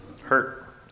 hurt